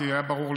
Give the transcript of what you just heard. כאמור,